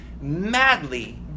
madly